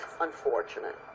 unfortunate